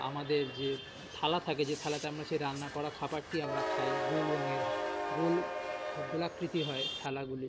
আমাদের যে থালা থাকে যে থালাতে আমরা সেই রান্না করা খাবারটি আমরা খাই গোল রঙের গোল হ গোলাকৃতি হয় থালাগুলো